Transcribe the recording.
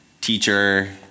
teacher